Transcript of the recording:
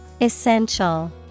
Essential